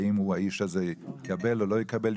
האם האיש הזה יקבל או לא יקבל,